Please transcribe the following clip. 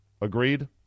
Agreed